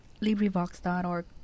LibriVox.org